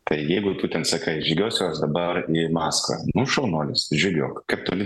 tai jeigu tu ten sakai žygiuosiu aš dabar į maskvą nu šaunuolis žygiuok kaip toli